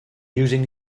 using